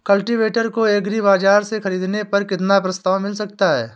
Cultivator को agri बाजार से ख़रीदने पर कितना प्रस्ताव मिल सकता है?